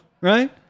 right